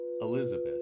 Elizabeth